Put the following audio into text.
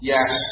Yes